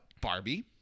Barbie